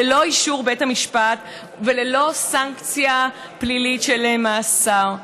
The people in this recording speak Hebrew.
ללא אישור בית המשפט וללא סנקציה פלילית של מאסר.